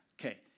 Okay